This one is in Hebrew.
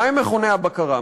מה הם מכוני הבקרה?